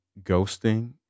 Ghosting